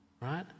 right